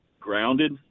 grounded